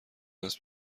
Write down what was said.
است